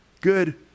good